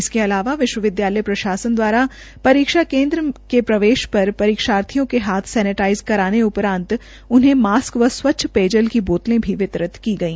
इसके अलावा विश्वविद्यालय प्रशासन द्वारा परीक्षा केन्द्र पर परीक्षार्थियों के हाथ सैनेटाइज करने उपरान्त उन्हे मास्क व स्वच्छ पेय जल की बोतले भी वितरित की गई